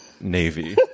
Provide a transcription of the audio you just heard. navy